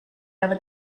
never